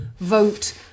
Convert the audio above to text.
vote